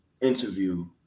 interview